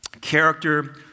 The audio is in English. Character